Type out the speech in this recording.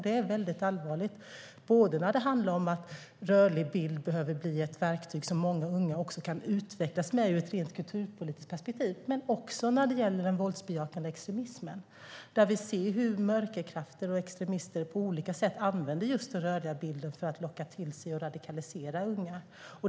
Detta är allvarligt, både när det handlar om att rörlig bild behöver bli ett verktyg som många unga kan utvecklas med ur ett rent kulturpolitiskt perspektiv, men också i fråga om den våldsbejakande extremismen. Vi ser hur mörkerkrafter och extremister på olika sätt använder den rörliga bilden för att locka till sig och radikalisera unga.